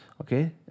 Okay